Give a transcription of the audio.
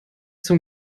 zum